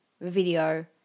video